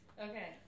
Okay